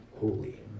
holy